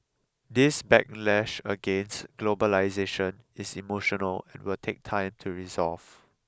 this backlash against globalisation is emotional and will take time to resolve